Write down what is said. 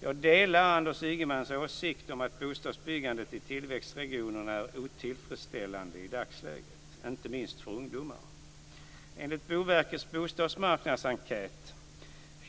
Jag delar Anders Ygemans åsikt att bostadsbyggandet i tillväxtregionerna är otillfredsställande i dagsläget, inte minst för ungdomar. Enligt Boverkets bostadsmarknadsenkät